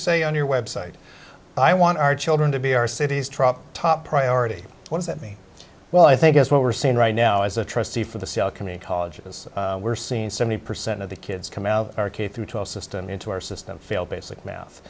say on your website i want our children to be our cities trop top priority ones that me well i think what we're seeing right now as a trustee for the community colleges we're seen seventy percent of the kids come out or k through twelve system into our system failed basic math